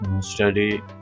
study